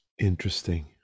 Interesting